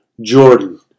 Jordan